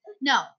No